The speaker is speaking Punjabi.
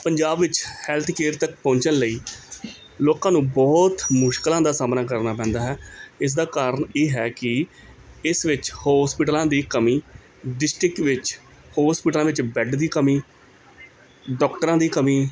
ਪੰਜਾਬ ਵਿੱਚ ਹੈਲਥ ਕੇਅਰ ਤੱਕ ਪਹੁੰਚਣ ਲਈ ਲੋਕਾਂ ਨੂੰ ਬਹੁਤ ਮੁਸ਼ਕਲਾਂ ਦਾ ਸਾਹਮਣਾ ਕਰਨਾ ਪੈਂਦਾ ਹੈ ਇਸ ਦਾ ਕਾਰਨ ਇਹ ਹੈ ਕਿ ਇਸ ਵਿੱਚ ਹੋਸਪਿਟਲਾਂ ਦੀ ਕਮੀ ਡਿਸਟਰਿਕ ਵਿੱਚ ਹੋਸਪਿਟਲਾਂ ਵਿੱਚ ਬੈੱਡ ਦੀ ਕਮੀ ਡਾਕਟਰਾਂ ਦੀ ਕਮੀ